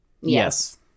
Yes